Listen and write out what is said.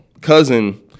Cousin